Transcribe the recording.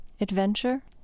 adventure